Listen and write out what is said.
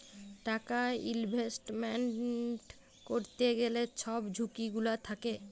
টাকা ইলভেস্টমেল্ট ক্যইরতে গ্যালে ছব ঝুঁকি গুলা থ্যাকে